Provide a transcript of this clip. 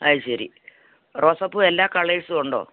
അത് ശരി റോസപ്പൂ എല്ലാ കളേഴ്സും ഉണ്ടോ